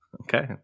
Okay